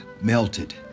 melted